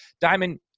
Diamond